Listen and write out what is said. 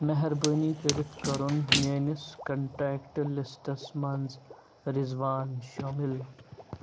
مہربٲنی کٔرِتھ کرُن میٛٲنِس کنٹیکٹہٕ لِسٹس منٛز رضوان شٲمل